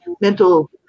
mental